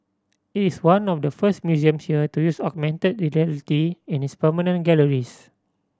it is one of the first museum here to use augmented reality in its permanent galleries